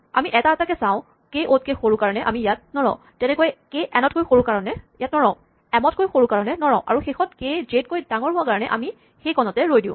আমি এটা এটাকৈ চাওঁ কে অ' তকৈ সৰু কাৰণে আমি ইয়াত নৰওঁ তেনেকৈয়ে কে এন তকৈ সৰু কাৰণে নৰও এম তকৈ সৰু কাৰণে নৰওঁ আৰু শেষত কে জে তকৈ ডাঙৰ হোৱা কাৰণে আমি সেইকণতে ৰৈ দিওঁ